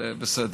אבל בסדר.